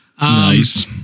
Nice